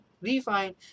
refine